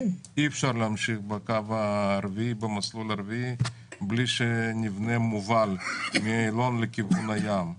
אי אפשר להמשיך במסלול הרביעי בלי שנבנה מובל מאיילון לכיוון הים.